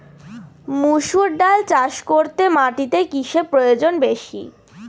মুসুর ডাল চাষ করতে মাটিতে কিসে প্রয়োজন বেশী?